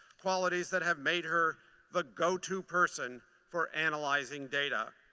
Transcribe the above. qualities that have made her the go-to person for analyzing data.